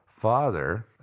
father